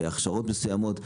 בהכשרות מסוימות,